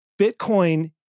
Bitcoin